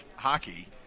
hockey